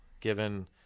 given